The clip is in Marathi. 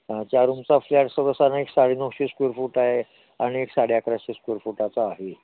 हां चार रूमचा फ्लॅट सर्वसाधारण एक साडे नऊशे स्क्वेअर फूट आहे आणि एक साडे अकराशे स्क्वेअर फूटाचा आहे